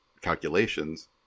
calculations